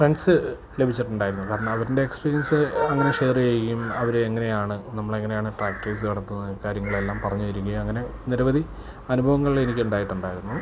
friends ലഭിച്ചിട്ടുണ്ടായിരുന്നു കാരണം അവരുടെ എക്സ്പീരിയൻസ് അങ്ങനെ ഷെയർ ചെയ്യുകയും അവര് എങ്ങനെയാണ് നമ്മളെങ്ങനെയാണ് പ്രാക്ടീസ് നടത്തുന്നത് കാര്യങ്ങളെല്ലാം പറഞ്ഞു തരികയും അങ്ങനെ നിരവധി അനുഭവങ്ങൾ എനിക്ക് ഉണ്ടായിട്ടുണ്ടായിരുന്നു